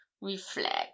reflect